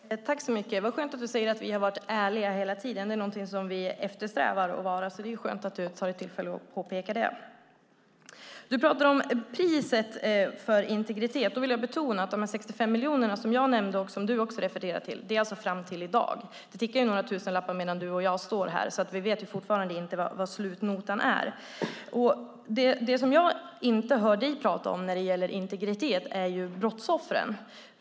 Herr talman! Vad skönt att Jens Holm säger att vi har varit ärliga hela tiden. Det är något vi eftersträvar att vara, så det är skönt att han tar tillfället att påpeka det. Jens Holm talar om priset för integritet. Då vill jag betona att de 65 miljoner jag nämnde och som även han refererar till alltså är fram till i dag. Det tickar några tusenlappar medan vi står här, så vi vet fortfarande inte vad slutnotan är. Det jag inte hör Jens Holm tala om när det gäller integritet är brottsoffren.